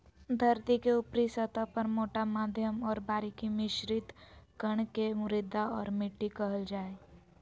धरतीके ऊपरी सतह पर मोटा मध्यम और बारीक मिश्रित कण के मृदा और मिट्टी कहल जा हइ